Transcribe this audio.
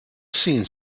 seen